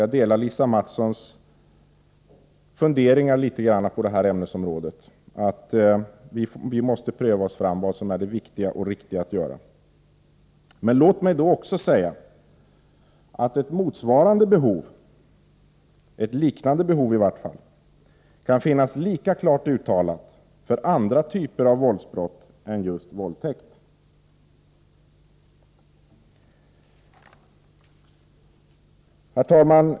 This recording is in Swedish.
Jag delar Lisa Mattsons funderingar om detta ämnesområde, nämligen att vi måste pröva oss fram till vad som är det riktiga och viktiga att göra. Låt mig i detta sammanhang också säga att ett motsvarande, eller åtminstone liknande, behov kan finnas lika klart uttalat i samband med andra typer av våldsbrott än just våldtäkt.